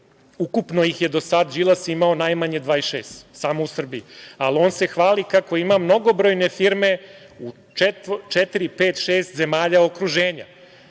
ukupno ih je Đilas imao najmanje 26, samo u Srbiji. Ali, on se hvali kako ima mnogobrojne firme u četiri, pet, šest, zemalja okruženja,